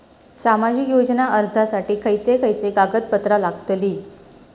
सामाजिक योजना अर्जासाठी खयचे खयचे कागदपत्रा लागतली?